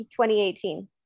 2018